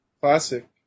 Classic